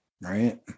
right